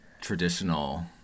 traditional